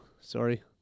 sorry